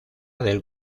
del